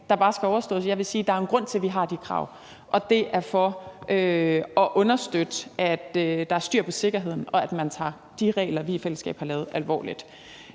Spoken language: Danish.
jo er en grund til, at vi har de krav, og det er for at understøtte, at der er styr på sikkerheden, og at man tager de regler, vi i fællesskab har lavet, alvorligt.